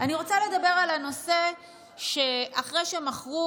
אני רוצה לדבר על הנושא שאחרי שמכרו